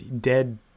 dead